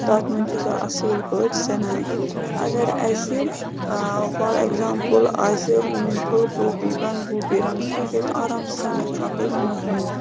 تَتھ مَنٛز چھِ سۄ اَصۭل پٲٹھۍ سٮ۪نان اگر اَسہِ فار اٮ۪گزامپٕل آسہِ پھُلگوٗپی بَنٛدگوٗپی رَنُن سُہ چھِ أسۍ آرام سان ہٮ۪کان لیٚجہِ مَنٛز رٔنِتھ